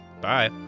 Bye